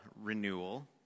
renewal